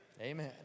Amen